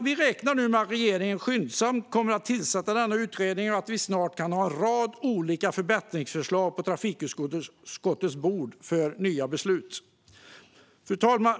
Vi räknar med att regeringen skyndsamt kommer att tillsätta en ny utredning och att det snart läggs fram en rad olika förbättringsförslag på trafikutskottets bord för nya beslut.